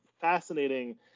fascinating